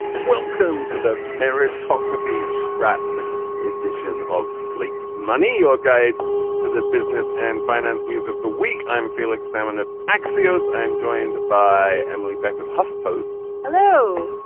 welcome to the meritocracy rat edition of slate money your guide to the business and finance news of the week i'm felix salmon of axioms. i'm joined by emily peck of huff post hello.